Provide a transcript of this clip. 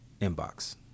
inbox